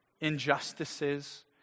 injustices